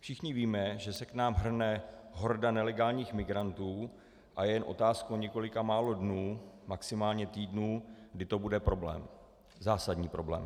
Všichni víme, že se k nám hrne horda nelegálních migrantů, a je otázka několika málo dnů, maximálně týdnů, kdy to bude problém, zásadní problém.